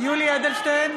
יולי יואל אדלשטיין,